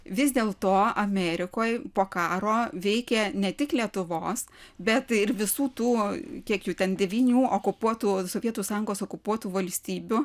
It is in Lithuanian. vis dėl to amerikoj po karo veikė ne tik lietuvos bet ir visų tų kiek jų ten devynių okupuotų sovietų sąjungos okupuotų valstybių